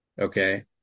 Okay